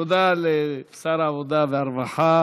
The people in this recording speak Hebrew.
תודה לשר העבודה והרווחה